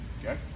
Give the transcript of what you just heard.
Okay